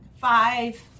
five